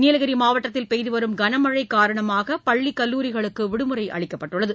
நீலகிரி மாவட்டத்தில் பெய்து வரும் கனமழை காரணமாக பள்ளி கல்லூரிகளுக்கு விடுமுறை அளிக்கப்பட்டுள்ளது